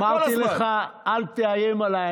אמרתי לך, אל תאיים עליי.